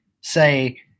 say